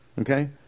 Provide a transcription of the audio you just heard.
Okay